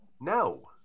no